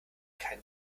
kein